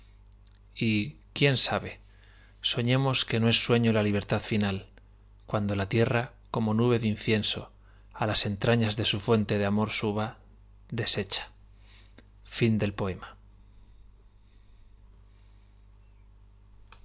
y quién sabe soñemos que no es sueño la libertad final cuando la tierra como nube de incienso á las entrañas áe su fuente de amor suba deshecha al pié